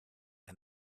and